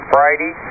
Friday